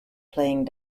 playing